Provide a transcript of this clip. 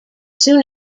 soon